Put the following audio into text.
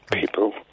People